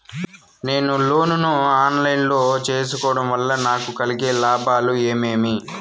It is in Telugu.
నేను లోను ను ఆన్ లైను లో సేసుకోవడం వల్ల నాకు కలిగే లాభాలు ఏమేమీ?